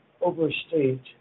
overstate